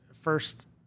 first